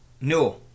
No